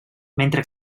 mentre